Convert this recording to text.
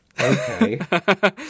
Okay